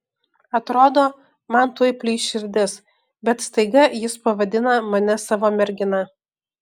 atrodo man tuoj plyš širdis bet staiga jis pavadina mane savo mergina